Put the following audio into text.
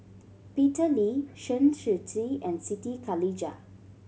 Peter Lee Chen Shiji and Siti Khalijah